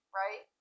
right